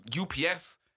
UPS